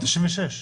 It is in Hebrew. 96 שעות.